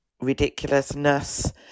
ridiculousness